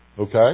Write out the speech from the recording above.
Okay